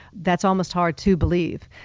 that's almost hard to believe.